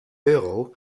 euro